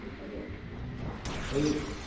ꯑꯗꯨ ꯑꯩ